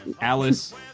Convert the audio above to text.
Alice